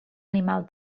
animal